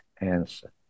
answer